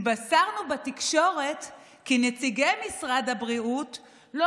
התבשרנו בתקשורת כי נציגי משרד הבריאות לא